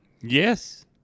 Yes